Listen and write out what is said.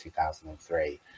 2003